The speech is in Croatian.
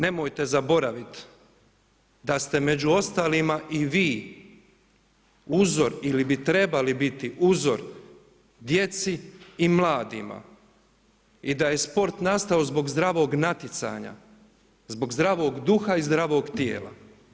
Nemojte zaboraviti da ste među ostalima i vi uzor ili bi trebali biti uzor djeci i mladima i da je sport nastao zbog zdravog natjecanja, zbog zdravog duga i zdravog tijela.